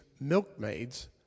milkmaids